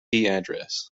address